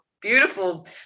beautiful